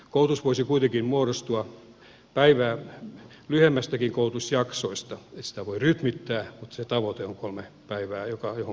koulutus voisi kuitenkin muodostua päivää lyhyemmästäkin koulutusjaksosta sitä voi rytmittää mutta se tavoite on kolme päivää johon verokannustin tulee